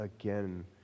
again